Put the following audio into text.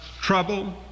trouble